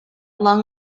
long